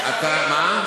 מה?